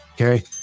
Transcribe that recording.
okay